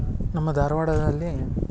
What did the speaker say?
ನಮ್ಮ ಧಾರವಾಡದಲ್ಲಿ